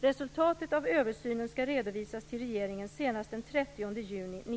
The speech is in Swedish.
Resultatet av översynen skall redovisas till regeringen senast den 30 juni